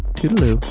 toodle-oo